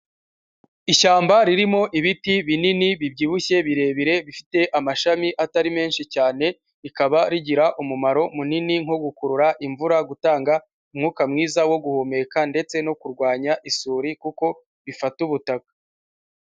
Ishyamba ririmo ibiti binini bibyibushye birebire bifite amashami atari menshi cyane, rikaba rigira umumaro munini nko gukurura imvura, gutanga umwuka mwiza wo guhumeka ndetse no kurwanya isuri kuko bifata ubutaka.